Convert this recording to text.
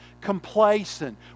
complacent